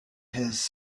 his